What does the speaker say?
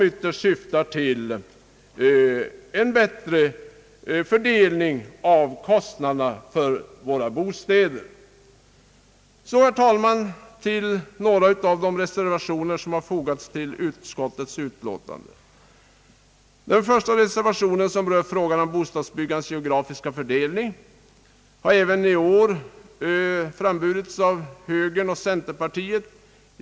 Propositionen syftar till en bättre fördelning av kostnaderna för våra bostäder. Jag övergår därefter, herr talman, till några av de reservationer som har fogats till utskottets utlåtande. Den första reservationen gäller bostadsbyggandets geografiska fördelning. Denna fråga har även i år tagits upp av högern och centerpartiet.